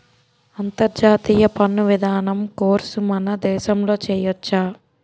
అంతర్జాతీయ పన్ను విధానం కోర్సు మన దేశంలో చెయ్యొచ్చా